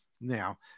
Now